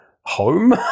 home